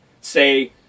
say